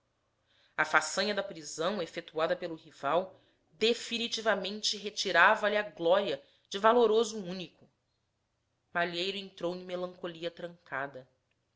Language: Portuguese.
a façanha da prisão efetuada pelo rival definitivamente retirava lhe a glória de valoroso único malheiro entrou em melancolia trancada